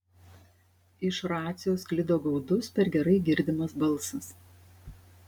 iš racijos sklido gaudus per gerai girdimas balsas